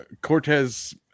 Cortez